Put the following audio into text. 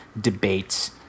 debates